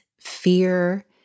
fear